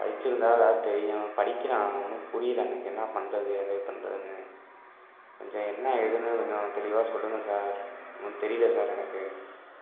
படிச்சுருந்தா எதாவது தெரியும் படிக்கல ஆனால் ஒன்றும் புரியலை எனக்கு என்ன பண்ணுறது ஏது பண்ணுறதுன்னு கொஞ்சம் என்ன ஏதுன்னு கொஞ்சம் தெளிவாக சொல்லுங்கள் சார் ஒன்றும் தெரியல சார் எனக்கு